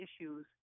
issues